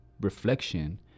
reflection